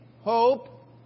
hope